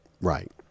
Right